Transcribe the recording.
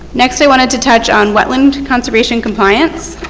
next i want to touch on wetland conservation compliance.